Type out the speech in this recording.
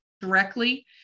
directly